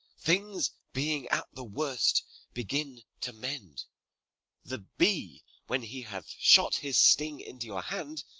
things being at the worst begin to mend the bee when he hath shot his sting into your hand,